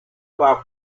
pub